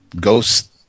ghost